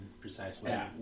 precisely